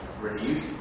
renewed